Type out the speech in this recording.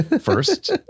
first